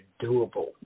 doable